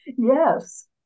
Yes